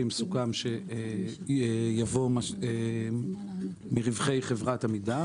סוכם שיבואו מרווחי חברת עמידר,